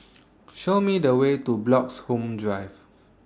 Show Me The Way to Bloxhome Drive